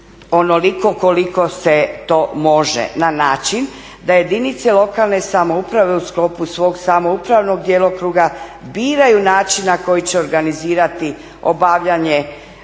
onoliko koliko se to može na način da jedinice lokalne samouprave u sklopu svog samoupravnog djelokruga biraju način na koji će organizirati obavljanje